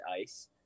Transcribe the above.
Ice